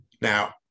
Now